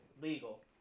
legal